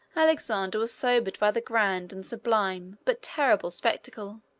alexander was sobered by the grand and sublime, but terrible spectacle.